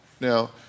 Now